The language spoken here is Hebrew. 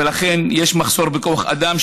ולכן יש מחסור בכוח אדם,